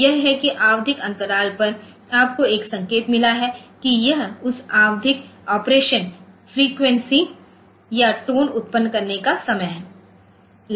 तो यह कि आवधिक अंतराल पर आपको एक संकेत मिलता है कि यह उस आवधिक ऑपरेशन फ्रीक्वेंसी या टोन उत्पन्न करने का समय है